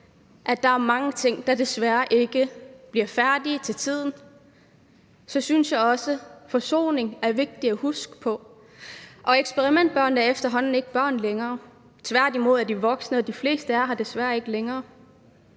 at der er mange ting, der desværre ikke bliver færdige til tiden – synes jeg også, at forsoning er vigtigt at huske på. Eksperimentbørnene er efterhånden ikke børn længere. Tværtimod er de voksne, og de fleste er her desværre ikke længere.